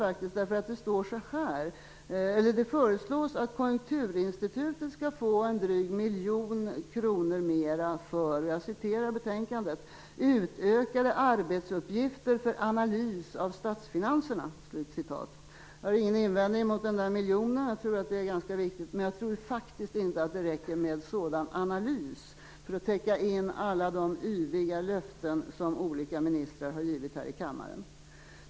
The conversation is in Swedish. Det föreslås att Konjunkturinstitutet skall få en dryg miljon kronor mer för utökade arbetsuppgifter för analys av statsfinanserna. Jag har ingen invändning mot den där miljonen, därför att jag tror att detta är ganska viktigt. Men jag tror faktiskt inte att det räcker med en analys för att täcka in alla de yviga löften som olika ministrar har givit här i kammaren.